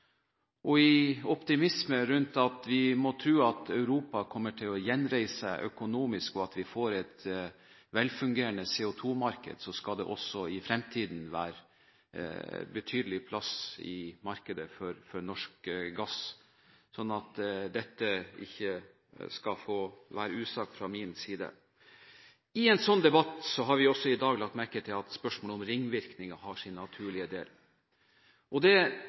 og i optimisme om at Europa kommer til å gjenreises økonomisk, og at vi får et velfungerende CO2-marked, skal det også i fremtiden være betydelig plass i markedet for norsk gass. La ikke dette få være usagt fra min side. I en slik debatt har vi også i dag lagt merke til at spørsmålet om ringvirkninger har sin naturlige del, og det